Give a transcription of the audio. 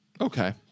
Okay